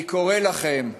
אני קורא לכם: